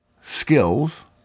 skills